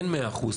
אין מאה אחוז,